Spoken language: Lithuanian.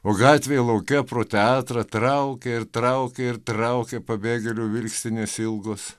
o gatvėje lauke pro teatrą traukia ir traukia ir traukia pabėgėlių vilkstinės ilgus